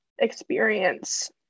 experience